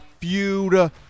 feud